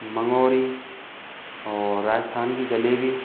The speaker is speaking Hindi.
मंगोरी और राजस्थान की जलेबी